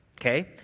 okay